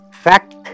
Fact